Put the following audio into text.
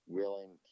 willing